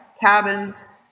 cabins